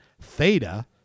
theta